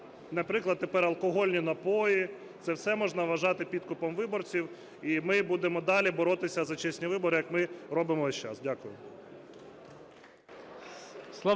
наприклад, тепер алкогольні напої – це все можна вважати підкупом виборців. І ми будемо далі боротися за чесні вибори, як ми робимо весь час. Дякую.